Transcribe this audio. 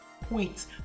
points